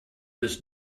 this